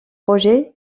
projets